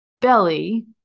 belly